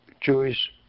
Jewish